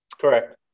Correct